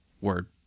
word